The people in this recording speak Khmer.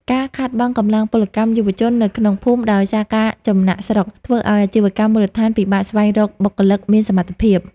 ការខ្វះខាតកម្លាំងពលកម្មយុវជននៅក្នុងភូមិ ដោយសារការចំណាកស្រុក ធ្វើឱ្យអាជីវកម្មមូលដ្ឋានពិបាកស្វែងរកបុគ្គលិកមានសមត្ថភាព។